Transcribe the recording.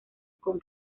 con